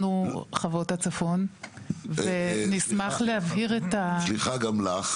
אנחנו חוות הצפון ונשמח להבהיר את --- כרגע סליחה גם ממך,